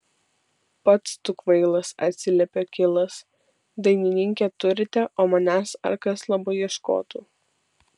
pats tu kvailas atsiliepė kilas dainininkę turite o manęs ar kas labai ieškotų